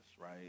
right